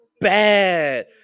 bad